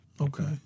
Okay